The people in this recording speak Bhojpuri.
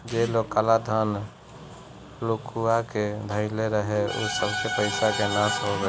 जे लोग काला धन लुकुआ के धइले रहे उ सबके पईसा के नाश हो गईल